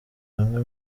bamwe